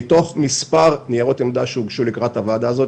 מתוך מספר ניירות עמדה שהוגשו לקראת הוועדה הזאת,